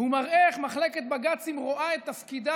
והוא מראה איך מחלקת הבג"צים רואה את תפקידה